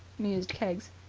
mused keggs.